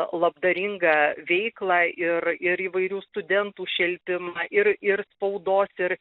labdaringą veiklą ir ir įvairių studentų šelpimą ir ir spaudos ir